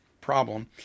problem